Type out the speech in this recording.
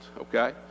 okay